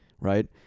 right